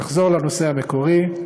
נחזור לנושא המקורי.